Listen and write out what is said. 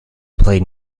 played